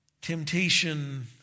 Temptation